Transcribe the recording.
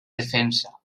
defensa